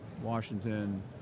Washington